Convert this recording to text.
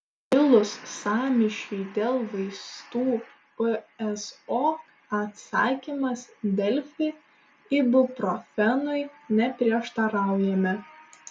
kilus sąmyšiui dėl vaistų pso atsakymas delfi ibuprofenui neprieštaraujame